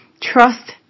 trust